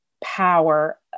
power